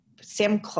Sam